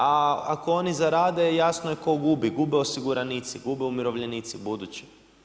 A ako oni zarade, jasno je tko gubi, gube osiguranici, gube umirovljenici budući.